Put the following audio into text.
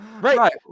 Right